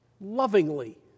lovingly